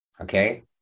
okay